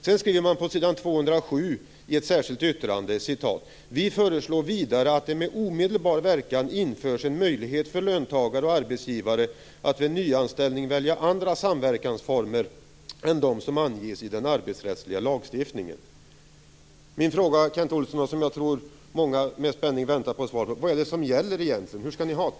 Sedan skriver man på s. 207 i ett särskilt yttrande: "Vi föreslår vidare att det med omedelbar verkan införs en möjlighet för löntagare och arbetsgivare att vid nyanställning välja andra samverkansformer än dem som anges i den arbetsrättsliga lagstiftningen." Min fråga till Kent Olsson, som jag tror att många med spänning väntar på svaret på, är denna: Vad är det som gäller egentligen? Hur skall ni ha det?